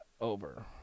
over